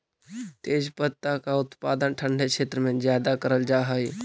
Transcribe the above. तेजपत्ता का उत्पादन ठंडे क्षेत्र में ज्यादा करल जा हई